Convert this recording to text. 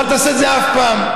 אל תעשה את זה אף פעם.